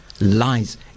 lies